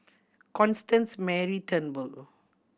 Constance Mary Turnbull